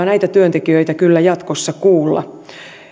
näitä työntekijöitä kannattaa kyllä jatkossa kuulla